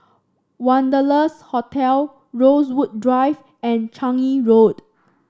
Wanderlust Hotel Rosewood Drive and Changi Road